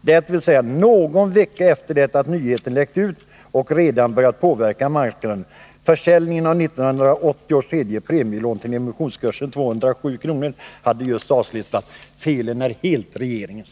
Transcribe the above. dvs. någon vecka efter det att nyheten läckt ut och redan börjat påverka marknaden. Försäljningen av 1980 års tredje premielån till emissionskursen 207 hade just då avslutats.” — Felet är helt regeringens.